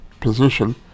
position